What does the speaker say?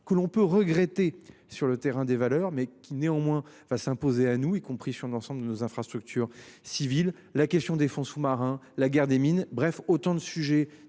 que l'on peut regretter sur le terrain des valeurs mais qui néanmoins va s'imposer à nous, y compris sur l'ensemble de nos infrastructures civiles. La question des fonds sous-marins, la guerre des mines. Bref, autant de sujets